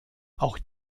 auch